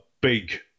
big